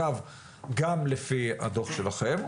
גם לפי הדוח שלכם.